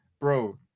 Bro